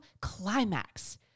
climax